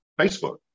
Facebook